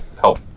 help